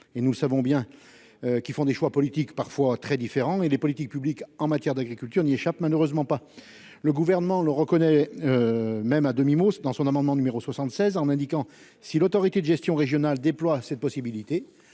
et nous savons bien. Qu'ils font des choix politiques parfois très différents et les politiques publiques en matière d'agriculture n'y échappe malheureusement pas le gouvernement le reconnaît. Même à demi-mot dans son amendement numéro 76 en m'indiquant si l'autorité de gestion régionale déploie cette possibilité